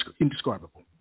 indescribable